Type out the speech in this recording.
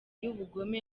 y’ubugome